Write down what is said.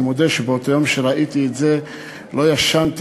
אני מודה שבאותו יום שראיתי את זה לא ישנתי.